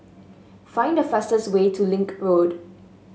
find the fastest way to Link Road